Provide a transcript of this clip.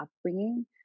upbringing